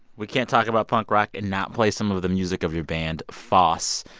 we can't talk about punk rock and not play some of the music of your band foss.